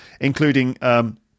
including